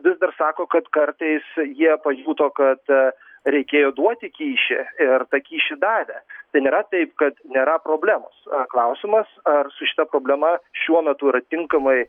vis dar sako kad kartais jie pajuto kad a reikėjo duoti kyšį ir tą kyšį davė tai nėra taip kad nėra problemos o klausimas ar su šita problema šiuo metu yra tinkamai